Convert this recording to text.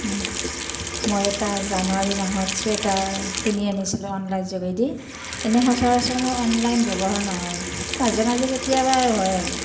মই এটা জানুৱাৰী মাহত চুৱেটাৰ কিনি আনিছিলোঁ অনলাইনৰ যোগেদি এনেই সচৰাচৰ মোৰ অনলাইন ব্যৱহাৰ নহয় মাজে মাজে কেতিয়াবা হয় আৰু